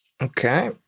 Okay